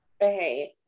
Hey